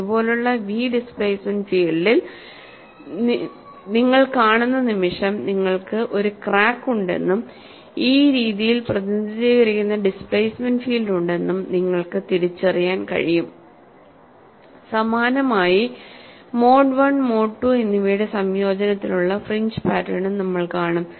ഇതുപോലുള്ള V displacement ഫീൽഡിൽ നിങ്ങൾ കാണുന്ന നിമിഷം നിങ്ങൾക്ക് ഒരു ക്രാക്ക് ഉണ്ടെന്നും ഈ രീതിയിൽ പ്രതിനിധീകരിക്കുന്ന ഡിസ്പ്ലേസ്മെന്റ് ഫീൽഡ് ഉണ്ടെന്നും നിങ്ങൾക്ക് തിരിച്ചറിയാൻ കഴിയും സമാനമായി മോഡ് I മോഡ് II എന്നിവയുടെ സംയോജനത്തിനുള്ള ഫ്രിഞ്ച് പാറ്റേണും നമ്മൾ കാണും